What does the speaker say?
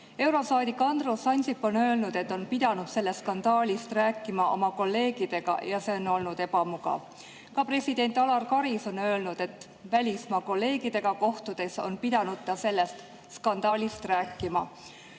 Eurosaadik Andrus Ansip on öelnud, et on pidanud sellest skandaalist rääkima oma kolleegidega ja see on olnud ebamugav. Ka president Alar Karis on öelnud, et välismaa kolleegidega kohtudes on ta pidanud sellest skandaalist rääkima.